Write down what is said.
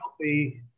healthy